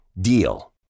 DEAL